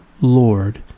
Lord